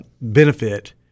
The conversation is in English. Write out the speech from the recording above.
benefit